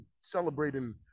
celebrating